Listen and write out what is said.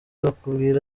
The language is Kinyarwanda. bakubwira